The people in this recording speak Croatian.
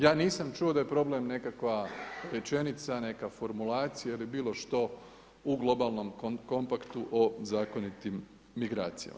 Ja nisam čuo da je problem nekakva rečenica, neka formulacija ili bilo što u globalnom kompaktnu o zakonitim migracija.